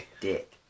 dick